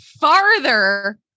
farther